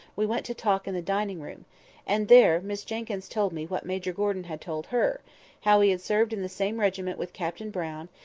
we went to talk in the dining-room and there miss jenkyns told me what major gordon had told her how he had served in the same regiment with captain brown,